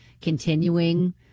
continuing